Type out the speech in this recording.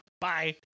bye